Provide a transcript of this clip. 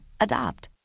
Adopt